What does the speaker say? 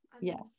Yes